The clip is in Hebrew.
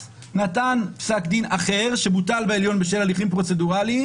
נתן פסק דין אחר שבוטל בעליון בשל הליכים פרוצדורליים,